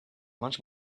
much